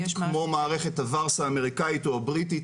כמו מערכת ה-VARS האמריקאית או הבריטית.